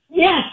Yes